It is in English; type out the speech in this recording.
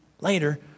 later